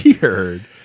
weird